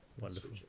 wonderful